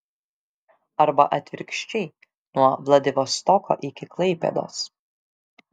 arba atvirkščiai nuo vladivostoko iki klaipėdos